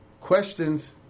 questions